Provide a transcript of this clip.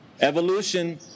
Evolution